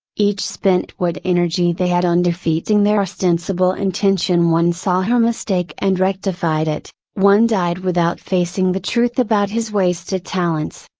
each spent what energy they had on defeating their ostensible intention one saw her mistake and rectified it, one died without facing the truth about his wasted talents.